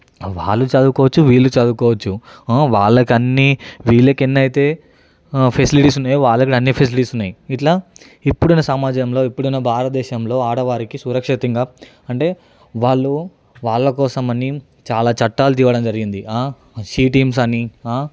వాళ్ళు చదువుకోవచ్చు వీళ్ళు చదువుకోవచ్చు వాళ్లకన్ని వీళ్ళకెనైతే ఫెసిలిటీస్ ఉన్నాయో వాళ్లకి కూడా అన్ని ఫెసిలిటీస్ ఉన్నాయి ఇట్లా ఇప్పుడున్న సమాజంలో ఇప్పుడున్న భారతదేశంలో ఆడవారికి సురక్షితంగా అంటే వాళ్ళు వాళ్ళ కోసం అని చాలా చట్టాలు తీయడం జరిగింది సి టీమ్స్ అని